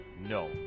no